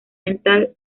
mental